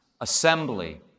assembly